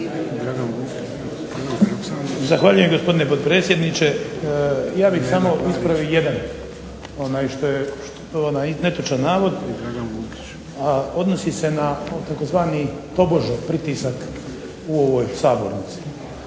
Zahvaljujem gospodine potpredsjedniče. Ja bih samo ispravio jedan netočan navod, a odnosi se na tzv. tobože pritisak u sabornici.